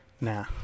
nah